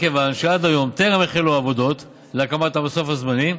מכיוון שעד היום טרם החלו העבודות להקמת המסוף הזמני,